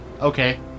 Okay